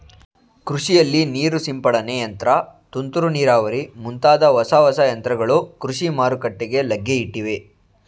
ಕೃಷಿಯಲ್ಲಿ ನೀರು ಸಿಂಪಡನೆ ಯಂತ್ರ, ತುಂತುರು ನೀರಾವರಿ ಮುಂತಾದ ಹೊಸ ಹೊಸ ಯಂತ್ರಗಳು ಕೃಷಿ ಮಾರುಕಟ್ಟೆಗೆ ಲಗ್ಗೆಯಿಟ್ಟಿವೆ